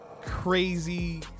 crazy